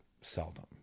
seldom